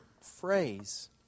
phrase